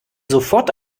sofort